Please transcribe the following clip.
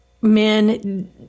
men